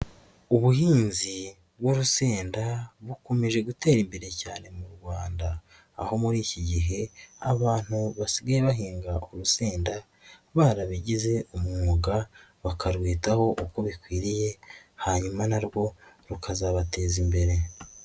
Ubuhinzi bw'urusenda bukomeje gutera imbere cyane mu Rwanda, aho muri iki gihe abantu basigaye bahinga urusenda barabigize umwuga bakarwitaho uko bikwiriye hanyuma narwo rukazabateza imbere.